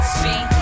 see